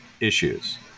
issues